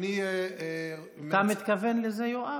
אתה מתכוון לזה, יואב?